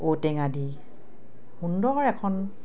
ঔ টেঙা দি সুন্দৰ এখন